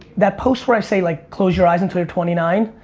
that post where i say like close your eyes until your twenty nine,